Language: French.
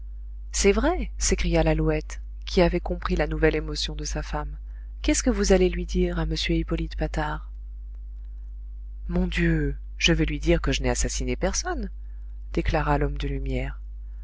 c'est vrai s'écria lalouette qui avait compris la nouvelle émotion de sa femme qu'est-ce que vous allez lui dire à m hippolyte patard mon dieu je vais lui dire que je n'ai assassiné personne déclara l'homme de lumière